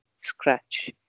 scratch